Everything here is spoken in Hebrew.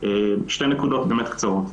שתי נקודות באמת קצרות.